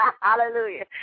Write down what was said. Hallelujah